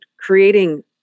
creating